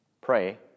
pray